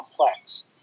complex